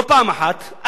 לא פעם אחת,